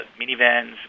minivans